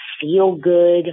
feel-good